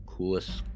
Coolest